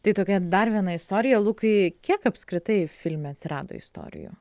tai tokia dar viena istorija lukai kiek apskritai filme atsirado istorijų